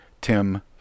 Tim